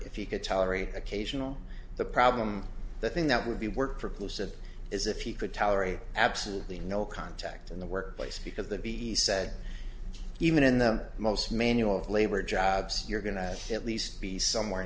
if you could tolerate occasional the problem the thing that would be worked for who said is if you could tolerate absolutely no contact in the workplace because that be said even in the most manual labor jobs you're going to at least be somewhere